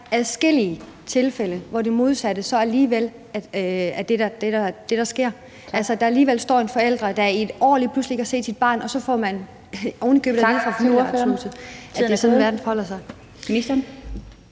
adskillige tilfælde, hvor det modsatte så alligevel er det, der sker, nemlig at der alligevel står en forælder, der lige pludselig i et år ikke har set sit barn, og som så ovenikøbet får at vide